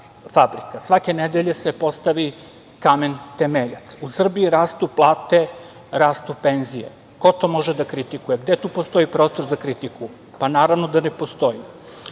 Svake nedelje se postavi kamen temeljac. U Srbiji rastu plate, rastu penzije. Ko to može da kritikuje. Gde tu postoji prostor za kritiku? Naravno da ne postoji. Po